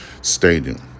stating